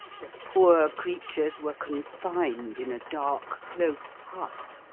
the poor creatures were confined in a dark, close hut,